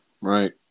right